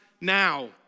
now